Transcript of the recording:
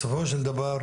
בסופו של דבר,